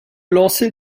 lancer